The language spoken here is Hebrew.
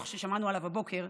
ששמענו עליו בבוקר